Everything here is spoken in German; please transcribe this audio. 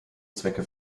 zwecke